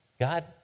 God